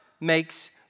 makes